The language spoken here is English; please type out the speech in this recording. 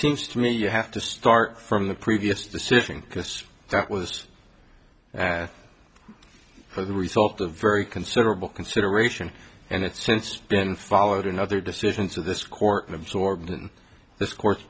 seems to me you have to start from the previous decision because that was for the result of very considerable consideration and it's since been followed in other decisions of this court absorbtion this court